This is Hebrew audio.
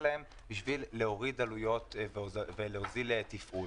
להם בשביל להוריד עלויות ולהוזיל תפעול.